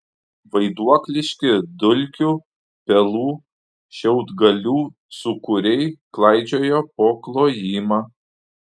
vaiduokliški dulkių pelų šiaudgalių sūkuriai klaidžiojo po klojimą